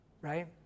right